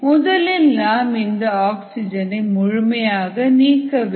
முதலில் நாம் இந்த ஆக்சிஜனை முழுமையாக நீக்க வேண்டும்